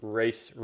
race